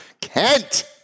Kent